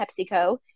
PepsiCo